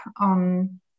on